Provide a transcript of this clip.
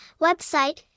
Website